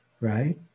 Right